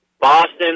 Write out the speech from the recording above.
Boston